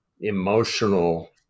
emotional